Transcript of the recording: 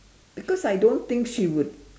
because I don't think she would